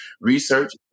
research